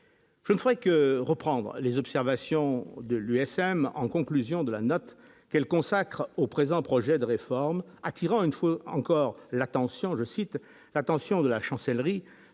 je ne ferai que reprendre les observations de l'USM, en conclusion de la note qu'elle consacre au présent projet de réforme, attirant une fois encore la tension, je cite, l'attention de la chancellerie